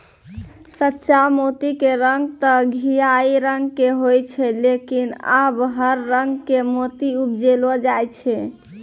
सच्चा मोती के रंग तॅ घीयाहा रंग के होय छै लेकिन आबॅ हर रंग के मोती उपजैलो जाय छै